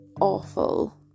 awful